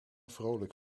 vrolijk